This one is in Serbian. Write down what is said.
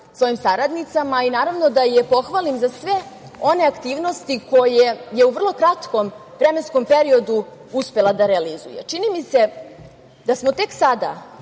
svojim saradnicima i da je pohvalim za sve one aktivnosti koje je u vrlo kratkom vremenskom periodu uspela da realizuje. Čini mi se da smo tek sada